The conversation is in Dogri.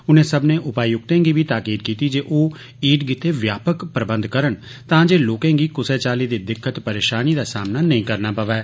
उनें सब्मनें उपायुक्तें गी बी ताकीद कीती जे ओह् ईद गित्तै व्यापक प्रबंघ करन तां जे लोकें गी कुसै चाल्ली दी दिक्कत परेशानी दा सामना नेई करना पवै